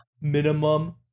Minimum